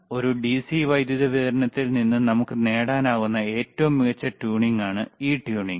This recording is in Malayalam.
ഒരു ഡിസി വൈദ്യുതി വിതരണത്തിൽ നിന്ന് നമുക്ക് നേടാനാകുന്ന ഏറ്റവും മികച്ച ട്യൂണിംഗാണ് ഈ ട്യൂണിംഗ്